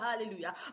hallelujah